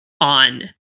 on